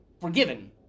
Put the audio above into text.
forgiven